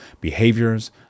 behaviors